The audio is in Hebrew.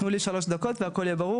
תנו לי שלוש דקות והכול יהיה ברור.